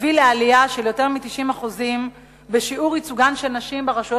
הביא לעלייה של יותר מ-90% בשיעור ייצוגן של נשים ברשויות